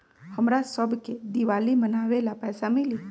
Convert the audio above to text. हमरा शव के दिवाली मनावेला पैसा मिली?